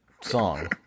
song